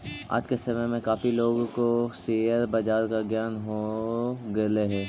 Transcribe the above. आज के समय में काफी लोगों को शेयर बाजार का ज्ञान हो गेलई हे